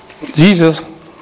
Jesus